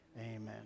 Amen